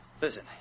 Listen